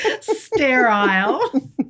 sterile